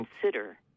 consider